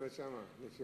נוקד, בבקשה.